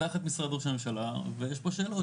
תחת משרד ראש הממשלה ויש פה שאלות,